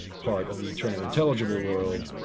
part of the eternal intelligible world.